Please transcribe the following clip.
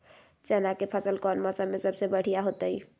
चना के फसल कौन मौसम में सबसे बढ़िया होतय?